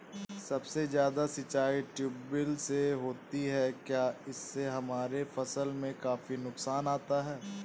सबसे ज्यादा सिंचाई ट्यूबवेल से होती है क्या इससे हमारे फसल में काफी नुकसान आता है?